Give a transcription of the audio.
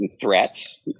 threats